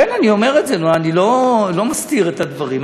כן, אני אומר את זה, נו, אני לא מסתיר את הדברים.